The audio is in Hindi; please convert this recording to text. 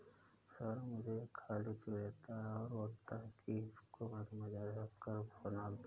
सौरभ मुझे एक खाली चेक देता है और बोलता है कि इसको बैंक में जा कर भुना लो